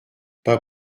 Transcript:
pas